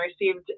received